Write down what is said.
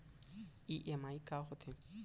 EMI का होथे?